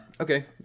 okay